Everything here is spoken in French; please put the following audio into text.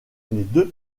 deux